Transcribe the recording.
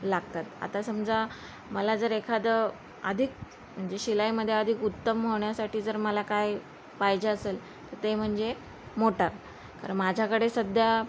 लागतात आता समजा मला जर एखादं अधिक म्हणजे शिलाईमध्ये अधिक उत्तम होण्यासाठी जर मला काय पाहिजे असेल तर ते म्हणजे मोटार कारण माझ्याकडे सध्या